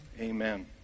Amen